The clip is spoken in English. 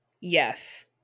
Yes